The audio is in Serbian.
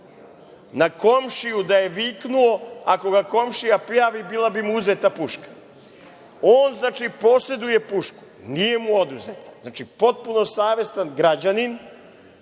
na komšiju da je viknuo, ako ga komšija prijavi bila bi mu oduzeta puška. On poseduje pušku, nije mu oduzeta, potpuno savestan građanin,